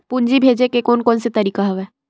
पूंजी भेजे के कोन कोन से तरीका हवय?